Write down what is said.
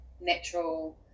natural